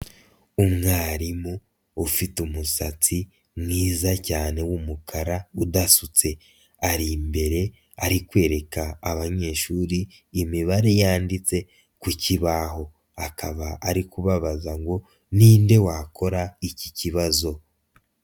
Umwarimu ufite umusatsi mwiza cyane w'umukara udasutse ari imbere arikwereka abanyeshuri imibare yanditse ku kibaho, akaba ari kubabaza ngo ninde wakora iki kibazo.